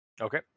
Okay